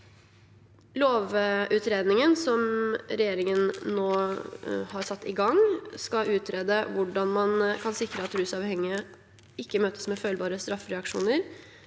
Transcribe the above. Lovutredningen som regjeringen nå har satt i gang, skal utrede hvordan man kan sikre at rusavhengige ikke møtes med følbare straffereaksjoner